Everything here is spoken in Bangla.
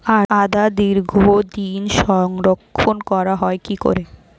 আদা দীর্ঘদিন সংরক্ষণ করা হয় কি করে?